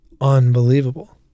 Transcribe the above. Unbelievable